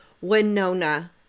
Winona